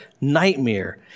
nightmare